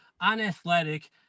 unathletic